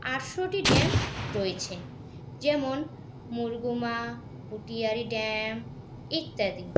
আটশোটি dam রয়েছে যেমন Murguma Putiyari dam ইত্যাদি